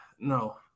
No